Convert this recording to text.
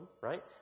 Right